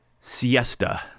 siesta